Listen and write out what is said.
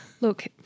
Look